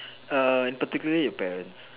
err in particularly your parents